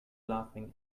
laughing